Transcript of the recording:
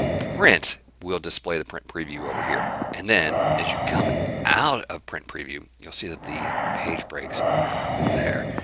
print, will display the print preview over here and then, as you come out of print preview, you'll see that the page breaks are there.